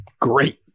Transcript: great